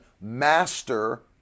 master